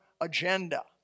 agenda